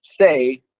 say